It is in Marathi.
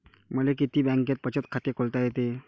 मले किती बँकेत बचत खात खोलता येते?